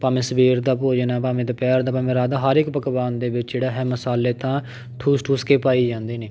ਭਾਵੇਂ ਸਵੇਰ ਦਾ ਭੋਜਨ ਆ ਭਾਵੇਂ ਦੁਪਹਿਰ ਦਾ ਭਾਵੇਂ ਰਾਤ ਦਾ ਹਰ ਇੱਕ ਪਕਵਾਨ ਦੇ ਵਿੱਚ ਜਿਹੜਾ ਹੈ ਮਸਾਲੇ ਤਾਂ ਠੂਸ ਠੂਸ ਕੇ ਪਾਏ ਜਾਂਦੇ ਨੇ